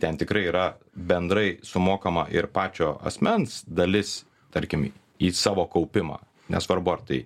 ten tikrai yra bendrai sumokama ir pačio asmens dalis tarkim į savo kaupimą nesvarbu ar tai